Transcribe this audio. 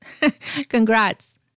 Congrats